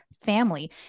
family